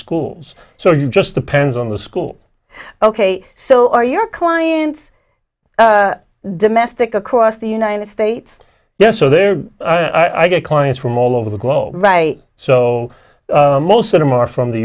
schools so you just depends on the school ok so are your clients domestic across the united states yes so there i get clients from all over the globe right so most of them are from the